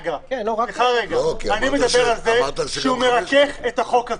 אני מדבר על זה שהוא מרכך את החוק הזה.